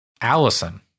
Allison